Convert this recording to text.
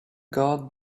guard